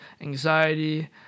anxiety